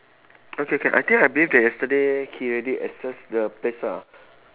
okay can I think I believe that yesterday he already assess the place ah